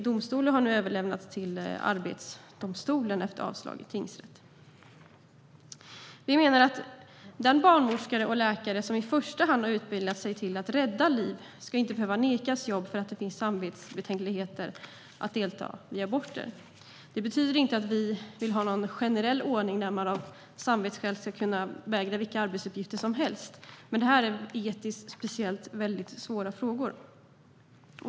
Det har nu överlämnats till Arbetsdomstolen efter avslag i tingsrätt. Vi menar att en barnmorska eller läkare, som har utbildat sig till att i första hand rädda liv, inte ska nekas jobb på grund av samvetsbetänkligheter att delta vid aborter. Det betyder inte att vi vill ha någon generell ordning där man av samvetsskäl ska kunna vägra vilka arbetsuppgifter som helst. Det här är särskilt svåra etiska frågor.